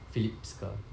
philips car